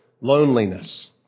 loneliness